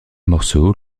morceau